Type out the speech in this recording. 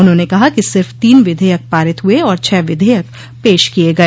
उन्होंने कहा कि सिर्फ तीन विधेयक पारित हुए और छह विधेयक पेश किए गए